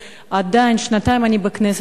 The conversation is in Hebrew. שנתיים אני בכנסת.